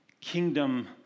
kingdom